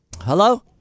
Hello